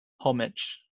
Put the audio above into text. homage